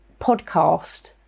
podcast